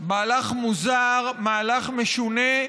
מהלך מוזר, מהלך משונה,